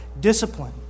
Discipline